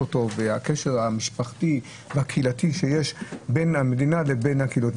אותו והקשר המשפחתי והקהילתי שיש בין המדינה לבין הקהילות.